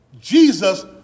Jesus